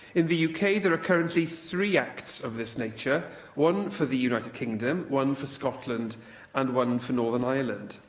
in the yeah uk, there are currently three acts of this nature one for the united kingdom, one for scotland and one for northern ireland.